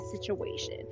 situation